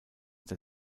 der